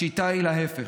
השיטה היא להפך: